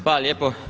Hvala lijepo.